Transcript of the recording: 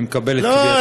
ואני מקבל את קביעתך.